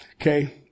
Okay